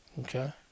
Okay